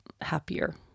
happier